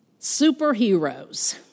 Superheroes